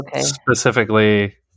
specifically